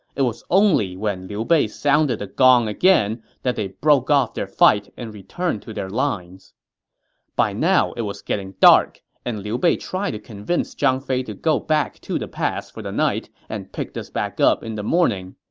it was only when liu bei sounded the gong again that they broke off their fight and returned to their lines by now, it was getting dark, and liu bei tried to convince zhang fei to go back to the pass for the night and pick this back up the next